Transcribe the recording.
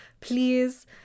please